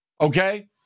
Okay